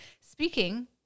Speaking